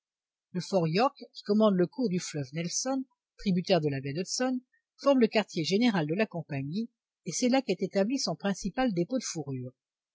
le fort york qui commande le cours du fleuve nelson tributaire de la baie d'hudson forme le quartier général de la compagnie et c'est là qu'est établi son principal dépôt de fourrures